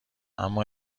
اما